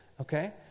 okay